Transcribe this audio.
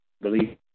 believe